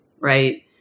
right